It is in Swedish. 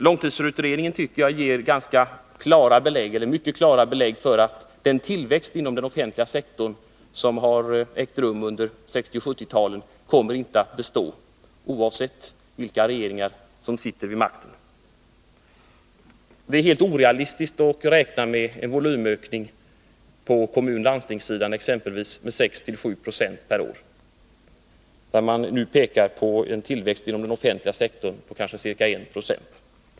Jag tycker att långtidsutredningen ger mycket klara belägg för att den tillväxt inom den offentliga sektorn som ägt rum under 1960 och 1970-talen inte kommer att fortsätta, oavsett vilka regeringar som kommer att sitta vid makten. Det är helt orealistiskt att beträffande kommunoch landstingsområdet räkna med en volymökning på exempelvis 6-7 Yo per år. Man inriktar sig nu i stället på en tillväxt av den offentliga sektorn om kanske ca 1 96.